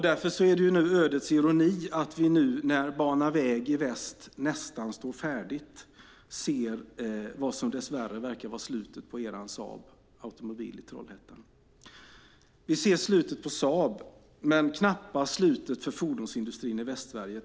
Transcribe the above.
Därför är det ödets ironi att vi nu, när projektet Bana väg i väst nästan är färdigt, ser vad som dess värre verkar vara slutet på eran Saab Automobil i Trollhättan. Vi ser slutet på Saab men knappast slutet för fordonsindustrin i Västsverige.